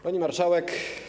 Pani Marszałek!